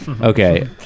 okay